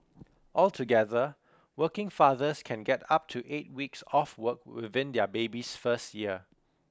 altogether working fathers can get up to eight weeks off work within their baby's first year